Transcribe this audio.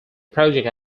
project